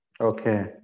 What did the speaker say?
Okay